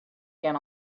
can